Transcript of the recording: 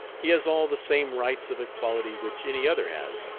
he has all the same rights of equality which any other has,